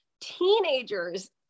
Teenagers